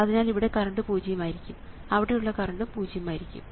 അതിനാൽ ഇവിടെ കറണ്ട് പൂജ്യം ആയിരിക്കും അവിടെയുള്ള കറണ്ടും പൂജ്യം ആയിരിക്കും